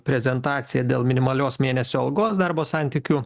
prezentacija dėl minimalios mėnesio algos darbo santykių